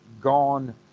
gone